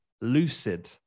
Lucid